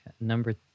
number